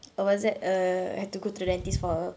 what was that err had to go to the dentist for a